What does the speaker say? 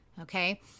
okay